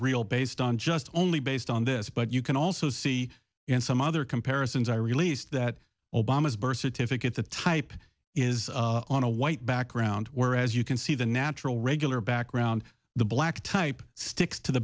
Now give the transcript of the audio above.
real based on just only based on this but you can also see in some other comparisons i released that obama's birth certificate the type is on a white background where as you can see the natural regular background the black type sticks to the